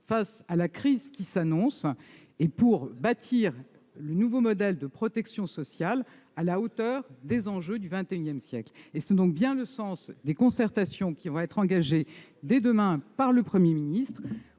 face à la crise qui s'annonce et bâtir le nouveau modèle de protection sociale à la hauteur des enjeux du XXI siècle. C'est le sens des concertations qui seront engagées dès demain par le Premier ministre.